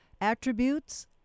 attributes